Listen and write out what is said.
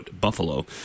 Buffalo